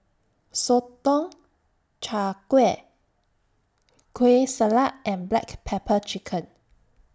Sotong Char Kway Kueh Salat and Black Pepper Chicken